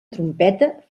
trompeta